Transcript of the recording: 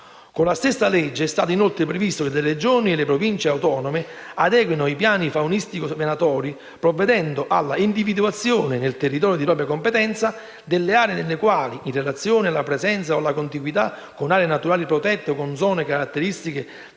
Con la stessa legge è stato inoltre previsto che le Regioni e le Province autonome adeguino i piani faunistico-venatori, provvedendo all'individuazione, nel territorio di propria competenza, delle aree nelle quali, in relazione alla presenza o alla contiguità con aree naturali protette o con zone caratterizzate dalla